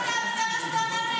חבר הכנסת אלמוג.